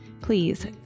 Please